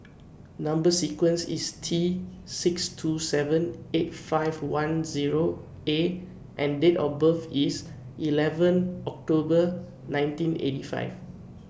Number sequence IS T six two seven eight five one Zero A and Date of birth IS eleven October nineteen eighty five